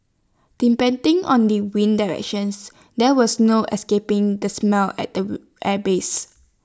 depending on the wind directions there was no escaping the smell at the airbase